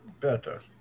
better